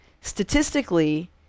statistically